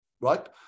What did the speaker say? right